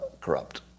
corrupt